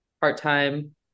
part-time